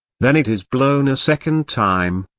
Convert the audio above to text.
then it is blown a second time,